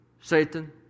Satan